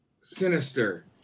sinister